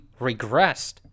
regressed